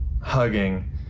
hugging